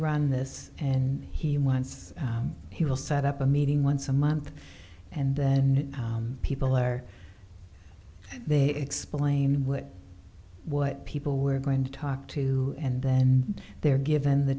run this and he wants he will set up a meeting once a month and then people are there explain what what people were going to talk to and then they're given the